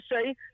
say